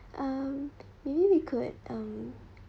um maybe we could um